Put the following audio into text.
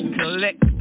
collect